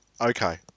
okay